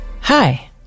Hi